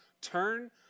turn